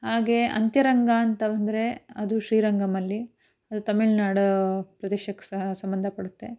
ಹಾಗೆ ಅಂತ್ಯರಂಗ ಅಂತ ಬಂದರೆ ಅದು ಶ್ರೀರಂಗಂ ಅಲ್ಲಿ ಅದು ತಮಿಳ್ನಾಡು ಪ್ರದೇಶಕ್ಕೆ ಸಂಬಂಧಪಡುತ್ತೆ